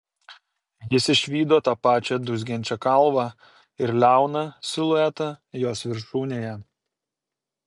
jis išvydo tą pačią dūzgiančią kalvą ir liauną siluetą jos viršūnėje